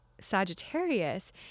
Sagittarius